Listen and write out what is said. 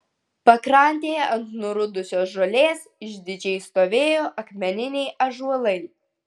pakrantėje ant nurudusios žolės išdidžiai stovėjo akmeniniai ąžuolai